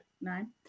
Nine